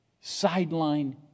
sideline